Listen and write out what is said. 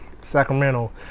Sacramento